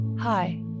Hi